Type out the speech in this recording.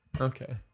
Okay